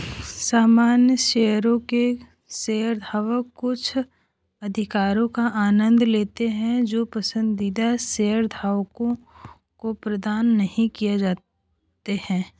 सामान्य शेयरों के शेयरधारक कुछ अधिकारों का आनंद लेते हैं जो पसंदीदा शेयरधारकों को प्रदान नहीं किए जाते हैं